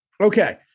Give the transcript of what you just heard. Okay